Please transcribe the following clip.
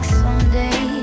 someday